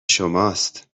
شماست